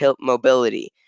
mobility